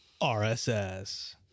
RSS